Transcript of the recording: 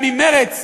ממרצ,